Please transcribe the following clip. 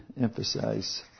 emphasize